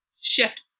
shift